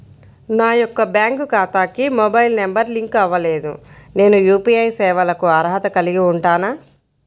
నా యొక్క బ్యాంక్ ఖాతాకి మొబైల్ నంబర్ లింక్ అవ్వలేదు నేను యూ.పీ.ఐ సేవలకు అర్హత కలిగి ఉంటానా?